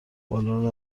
بالن